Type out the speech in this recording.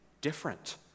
different